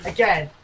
Again